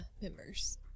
members